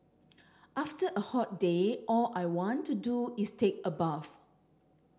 after a hot day all I want to do is take a bath